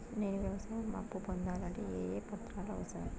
నేను వ్యవసాయం అప్పు పొందాలంటే ఏ ఏ పత్రాలు అవసరం?